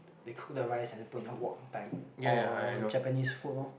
they cook the rice and then put in the wok kind or Japanese food lor